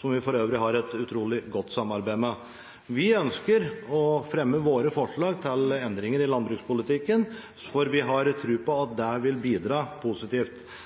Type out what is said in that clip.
som vi for øvrig har et utrolig godt samarbeid med. Vi ønsker å fremme våre forslag til endringer i landbrukspolitikken, for vi har tro på